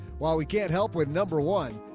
while we get help with number one,